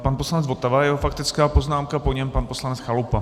Pan poslanec Votava a jeho faktická poznámka, po něm pan poslanec Chalupa.